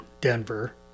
Denver